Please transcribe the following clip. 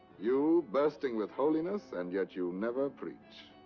you, bursting with holiness, and yet you never preach.